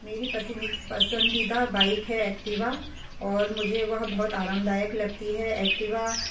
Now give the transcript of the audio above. मेरी पसंदीदा बाइक है ऐक्टिवा और मुझे वह बहुत आरामदायक लगती है ऐक्टिवा